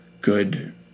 good